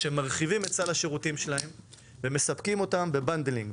שמרחיבים את סל השירותים שלהם ומספקים אותם בבאנדלים,